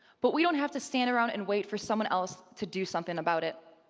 but we don't have to stand around and wait for someone else to do something about it.